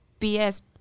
BS